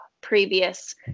previous